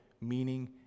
meaning